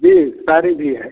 जी साड़ी भी है